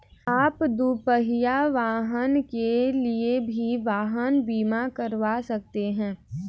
आप दुपहिया वाहन के लिए भी वाहन बीमा करवा सकते हैं